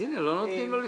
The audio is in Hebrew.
לא נותנים לו לפתוח.